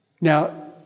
Now